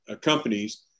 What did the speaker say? companies